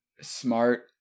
smart